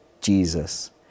Jesus